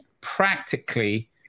practically